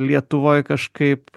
lietuvoje kažkaip